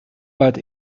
but